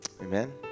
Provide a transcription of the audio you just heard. amen